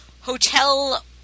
Hotel